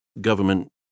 government